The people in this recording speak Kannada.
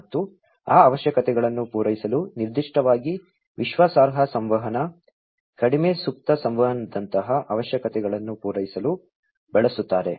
ಮತ್ತು ಆ ಅವಶ್ಯಕತೆಗಳನ್ನು ಪೂರೈಸಲು ನಿರ್ದಿಷ್ಟವಾಗಿ ವಿಶ್ವಾಸಾರ್ಹ ಸಂವಹನ ಕಡಿಮೆ ಸುಪ್ತ ಸಂವಹನದಂತಹ ಅವಶ್ಯಕತೆಗಳನ್ನು ಪೂರೈಸಲು ಬಳಸುತ್ತಾರೆ